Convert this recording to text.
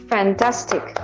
Fantastic